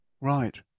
Right